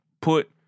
put